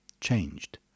changed